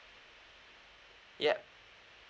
ya